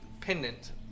pendant